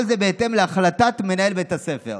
כל זה בהתאם להחלטת מנהל בית הספר.